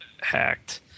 hacked